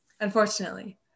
Unfortunately